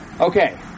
Okay